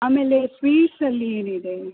ಆಮೇಲೆ ಸ್ವೀಟ್ಸಲ್ಲಿ ಏನಿದೆ